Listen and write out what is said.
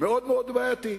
מאוד בעייתי.